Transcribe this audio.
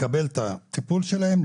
לקבל את הטיפול שלהם,